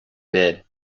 bid